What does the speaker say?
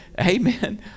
amen